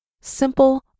simple